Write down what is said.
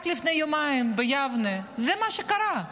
רק לפני יומיים ביבנה זה מה שקרה.